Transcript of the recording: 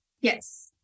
Yes